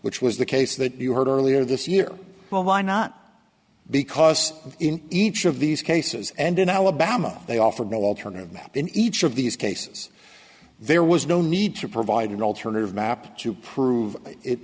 which was the case that you heard earlier this year well why not because in each of these cases and in alabama they offered no alternative map in each of these cases there was no need to provide an alternative map to prove it